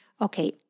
okay